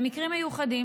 במקרים מיוחדים,